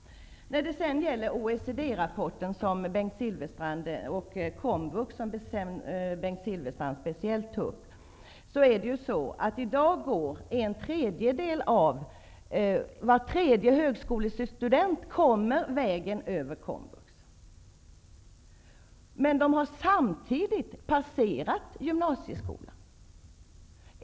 Bengt Silfverstrand tog upp frågan om OECD rapporten och komvux. I dag kommer var tredje högskolestudent vägen över komvux. Men de har samtidigt passerat gymnasieskolan.